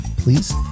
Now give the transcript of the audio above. Please